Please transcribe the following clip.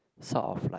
sort of like